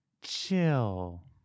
chill